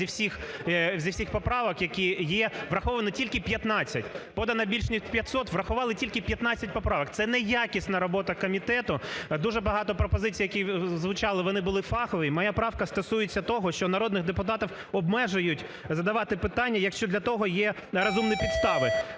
зі всіх поправок, які є, враховано тільки 15. Подано більш ніж 500, врахували тільки 15 поправок, це неякісна робота комітету. Дуже багато пропозицій, які звучали, вони були фахові. Моя правка стосується того, що народних депутатів обмежують задавати питання, якщо для того є розумні підстави.